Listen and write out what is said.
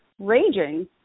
raging